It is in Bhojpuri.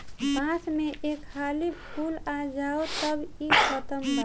बांस में एक हाली फूल आ जाओ तब इ खतम बा